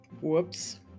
Whoops